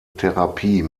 therapie